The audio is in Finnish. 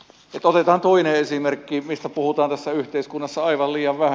otetaan toinen esimerkki mistä puhutaan tässä yhteiskunnassa aivan liian vähän